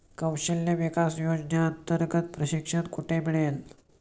कौशल्य विकास योजनेअंतर्गत प्रशिक्षण कुठे मिळेल?